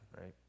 right